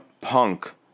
Punk